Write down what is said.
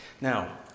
Now